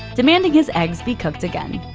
demanding his eggs be cooked again.